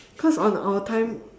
cause on our time